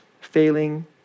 failing